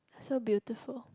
so beautiful